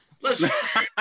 Listen